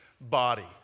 body